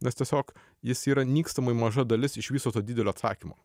nes tiesiog jis yra nykstamai maža dalis iš viso to didelio atsakymo